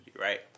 right